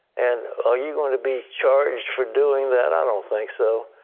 and ah you going to be charged for doing that? i don't think so.